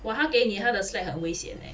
!wah! 他给他的 slide 很危险 leh